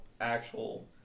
actual